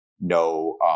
no